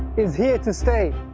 is here to stay.